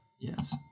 Yes